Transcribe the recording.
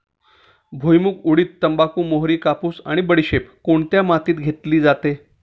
भुईमूग, उडीद, तंबाखू, मोहरी, कापूस आणि बडीशेप कोणत्या मातीत घेतली जाते?